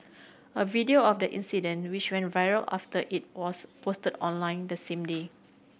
a video of the incident which went viral after it was posted online the same day